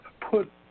Put